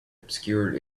obscured